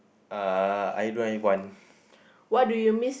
uh I don't have one